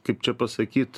kaip čia pasakyt